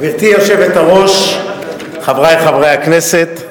גברתי היושבת-ראש, חברי חברי הכנסת,